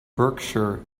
berkshire